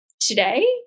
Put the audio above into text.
today